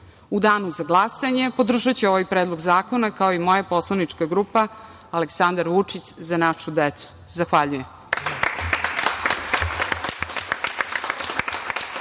danu za glasanje podržaću ovaj predlog zakona, kao i moja poslanička grupa „Aleksandar Vučić – Za našu decu“. Zahvaljujem.